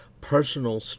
personal